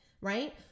right